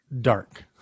dark